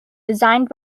designed